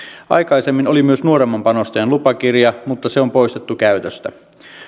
aikaisemmin oli myös nuoremman panostajan lupakirja mutta se on poistettu käytöstä